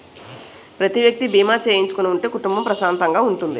ప్రతి వ్యక్తి బీమా చేయించుకుని ఉంటే కుటుంబం ప్రశాంతంగా ఉంటుంది